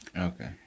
Okay